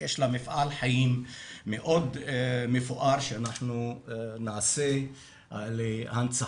יש לה מפעל חיים מאוד מפואר שאנחנו נעשה להנצחתו,